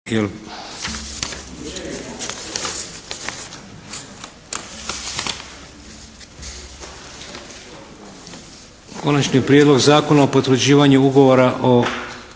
je Prijedlog zakona o potvrđivanju Ugovora o